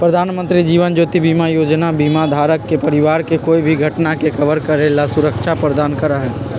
प्रधानमंत्री जीवन ज्योति बीमा योजना बीमा धारक के परिवार के कोई भी घटना के कवर करे ला सुरक्षा प्रदान करा हई